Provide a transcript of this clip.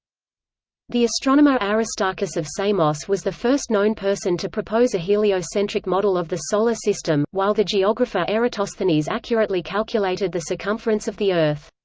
the astronomer aristarchus of samos was the first known person to propose a heliocentric model of the solar system, while the geographer eratosthenes accurately calculated the circumference of the earth.